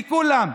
לכולם,